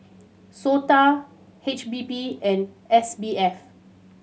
SOTA H P B and S B F